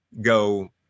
go